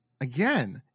Again